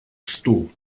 stall